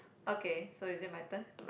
okay so is it my turn